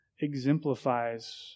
exemplifies